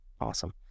awesome